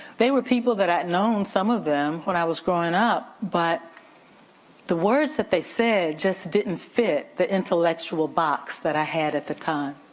they were people that i'd known, some of them, when i was growing up, but the words that they said just didn't fit the intellectual box that i had at the time.